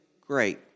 great